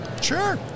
Sure